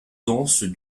danse